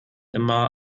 immer